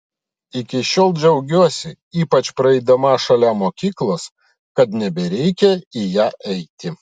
iki šiol džiaugiuosi ypač praeidama šalia mokyklos kad nebereikia į ją eiti